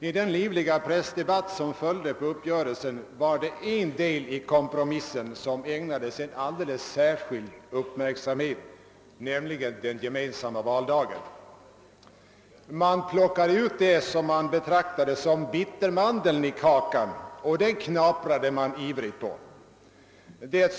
I den livliga pressdebatt som följde på uppgörelsen var det en del i kompromissen som ägnades alldeles särskild uppmärksamhet, nämligen den gemensamma valdagen. Man plockade ut det som betraktades som bittermandeln i kakan och knaprade ivrigt på den.